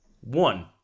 one